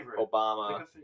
Obama